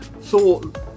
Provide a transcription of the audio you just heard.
thought